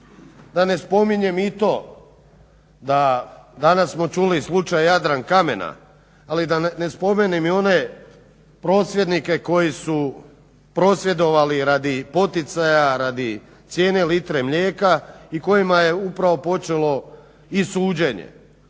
Da ne spominjem i to da danas smo čuli slučaj "Jadrankamena", ali da ne spomenem i one prosvjednike koji su prosvjedovali radi poticaja, radi cijene litre mlijeka i kojima je upravo počelo i suđenje